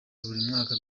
mwaka